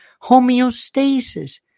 homeostasis